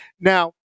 Now